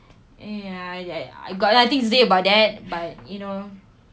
ya I I got nothing to say about that but you know